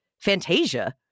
Fantasia